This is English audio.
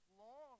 long